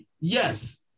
yes